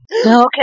Okay